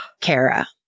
Kara